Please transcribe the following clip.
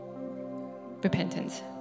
repentance